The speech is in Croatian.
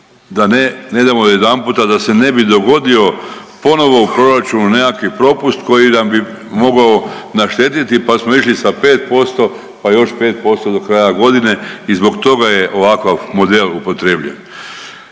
ne, ne idemo odjedanputa da se ne bi dogodio ponovo u proračunu nekakvi propust koji nam bi mogao naštetiti, pa smo išli sa 5%, pa još 5% do kraja godine i zbog toga je ovakav model upotrebljiv.